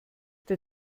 der